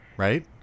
right